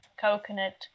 coconut